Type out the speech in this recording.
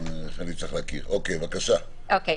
התש"ף-2020.